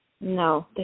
No